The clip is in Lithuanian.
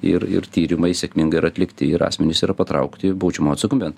ir ir tyrimai sėkmingai yra atlikti ir asmenys yra patraukti baudžiamo atsakomybėn